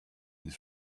his